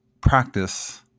practice